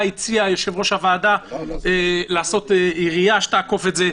הציע היושב-ראש לעשות עירייה שתעשה את זה.